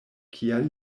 kial